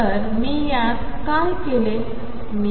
तर मी यात काय केले